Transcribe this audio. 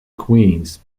queens